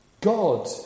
God